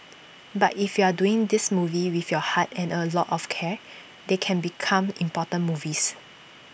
but if you're doing these movies with your heart and A lot of care they can become important movies